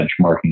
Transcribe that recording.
benchmarking